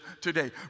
today